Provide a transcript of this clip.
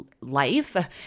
life